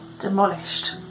demolished